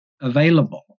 available